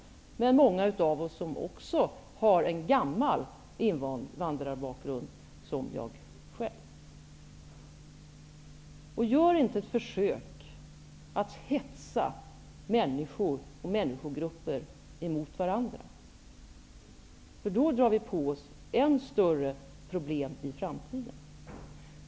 Många av oss har också som jag själv en gammal invandrarbakgrund. Försök inte att hetsa människor och människogrupper mot varandra, för då drar vi på oss än större problem i framtiden!